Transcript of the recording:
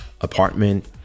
apartment